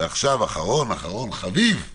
אני